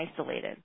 isolated